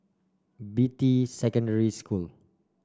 Beatty Secondary School